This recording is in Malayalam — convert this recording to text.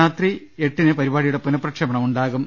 രാത്രി എട്ടിന് പരിപാടിയുടെ പുനപ്രക്ഷേപണം ഉണ്ടാകും